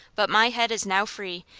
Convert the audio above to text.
but my head is now free,